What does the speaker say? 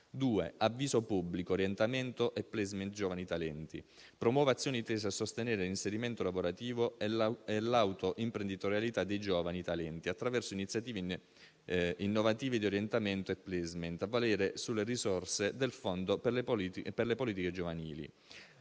l'avviso pubblico «Orientamento e *placement* giovani talenti» promuove azioni tese a sostenere l'inserimento lavorativo e l'autoimprenditorialità dei giovani talenti, attraverso iniziative innovative di orientamento e *placement*, a valere sulle risorse del fondo per le politiche giovanili.